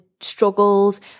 struggles